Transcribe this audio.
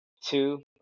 Two